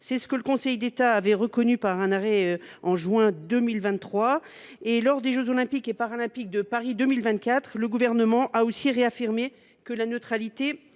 C’est ce que le Conseil d’État a expressément reconnu par un arrêt du 29 juin 2023. Lors des jeux Olympiques et Paralympiques de Paris 2024, le Gouvernement a également réaffirmé que la neutralité